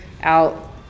out